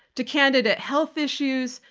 to candidate health issues,